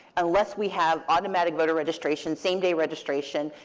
unless we have automatic voter registration, same day registration,